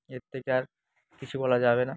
এর থেকে আর কিছু বলা যাবে না